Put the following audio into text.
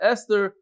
Esther